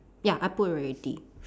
ya I put already